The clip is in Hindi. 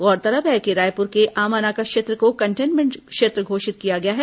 गौरतलब है कि रायपुर के आमानाका क्षेत्र को कंटन्मेंट क्षेत्र घोषित किया गया है